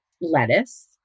lettuce